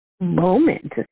moment